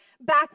Back